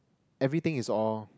everything is all